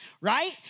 right